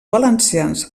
valencians